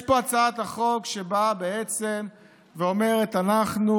יש פה את הצעת החוק שבעצם באה ואומרת שאנחנו